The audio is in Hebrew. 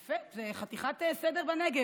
יפה, זו חתיכת סדר בנגב.